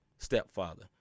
Stepfather